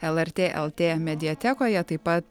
lrt lt mediatekoje taip pat